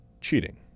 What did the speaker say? cheating